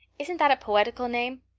isn't that a poetical name?